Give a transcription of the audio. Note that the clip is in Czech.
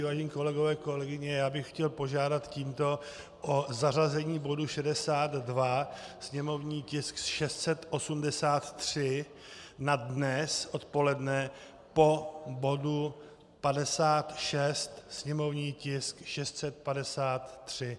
Vážení kolegové a kolegyně, já bych chtěl požádat tímto o zařazení bodu 62, sněmovní tisk 683, na dnes odpoledne po bodu 56, sněmovní tisk 653.